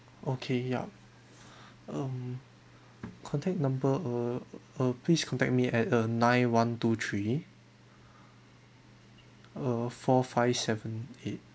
okay yup um contact number err uh please contact me at uh nine one two three uh four five seven eight